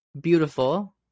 Beautiful